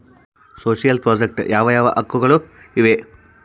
Social project ಯಾವ ಯಾವ ಹಕ್ಕುಗಳು ಇವೆ?